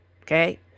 Okay